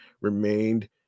remained